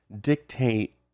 dictate